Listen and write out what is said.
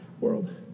world